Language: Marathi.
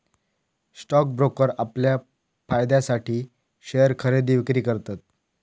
स्टॉक ब्रोकर आपल्या फायद्यासाठी शेयर खरेदी विक्री करतत